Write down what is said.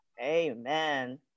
Amen